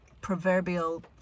proverbial